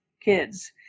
kids